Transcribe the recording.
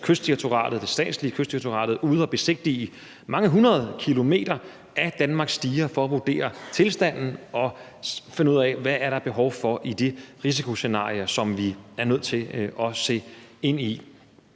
det statslige Kystdirektoratet ude at besigtige mange hundrede kilometer af Danmarks diger for at vurdere tilstanden og finde ud af, hvad der er behov for i de risikoscenarier, som vi er nødt til at se ind i.